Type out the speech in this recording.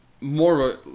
more